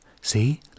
See